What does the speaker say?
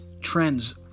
trends